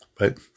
Right